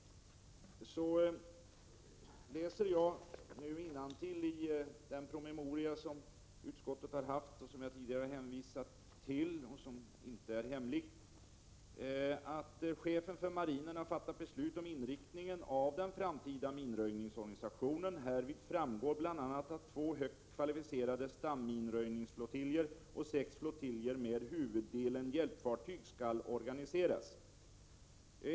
Jag kan då läsa innantill i den promemoria som utskottet har haft, som jag tidigare hänvisat till och som inte är hemlig: ”Chefen för marinen har fattat beslut om inriktningen av den framtida minröjningsorganisationen. Härvid framgår bl.a. att två högt kvalificerade stamminröjningsflottiljer och sex flottiljer med huvuddelen hjälpfartyg skall organiseras.